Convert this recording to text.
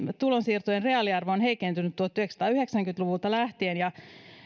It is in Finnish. tulonsiirtojen reaaliarvo on heikentynyt tuhatyhdeksänsataayhdeksänkymmentä luvulta lähtien ja